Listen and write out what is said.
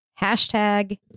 hashtag